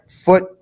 foot